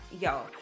yo